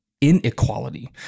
Inequality